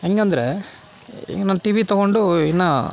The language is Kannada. ಹೆಂಗಂದ್ರೆ ಈಗ ನಾನು ಟಿ ವಿ ತೊಗೊಂಡು ಇನ್ನೂ